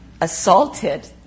assaulted